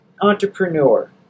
entrepreneur